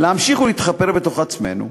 להמשיך להתחפר בתוך עצמנו,